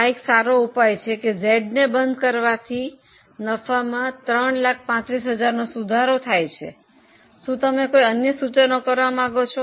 આ એક સારુ ઉપાય છે કે Z ને બંધ કરવાથી નફામાં 335000 નો સુધારો થાય છે શું તમે કોઈ અન્ય સૂચ કરવા માંગો છો